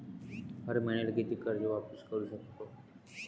हर मईन्याले कितीक कर्ज वापिस करू सकतो?